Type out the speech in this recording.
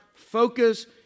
focus